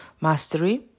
mastery